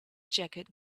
jacket